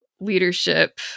leadership